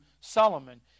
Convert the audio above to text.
Solomon